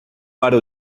para